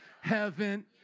heaven